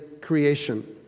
creation